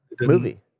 movie